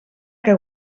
que